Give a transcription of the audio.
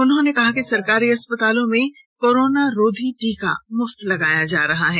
उन्होंने कहा कि सरकारी अस्पतालों में कोरोनारोधी टीका मुफ्त लगाया जा रहा है